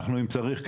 אם צריך,